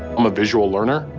i'm a visual learner.